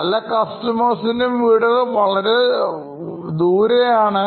പല ഉപഭോക്താക്കളുടെയും വീടുകൾ വളരെ ദൂരെ ആണ്